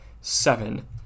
seven